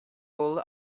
bull